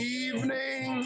evening